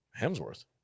hemsworth